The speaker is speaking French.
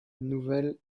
nouvelle